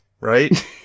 right